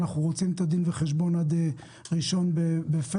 אנחנו רוצים את הדין וחשבון עד האחד בפברואר.